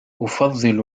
أفضّل